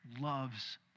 loves